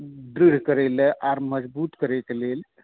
दृढ करए लऽ आर मजबूत करैके लेल